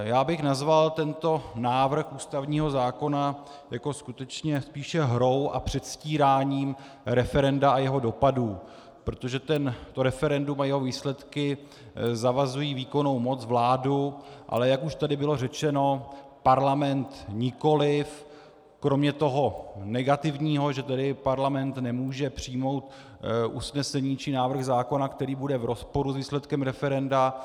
Já bych nazval tento návrh ústavního zákona jako skutečně spíše hrou a předstíráním referenda a jeho dopadů, protože referendum a jeho výsledky zavazují výkonnou moc, vládu, ale jak už tady bylo řečeno, Parlament nikoliv, kromě toho negativního, že Parlament nemůže přijmout usnesení či návrh zákona, který bude v rozporu s výsledkem referenda.